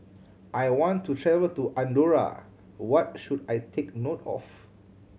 I want to travel to Andorra what should I take note of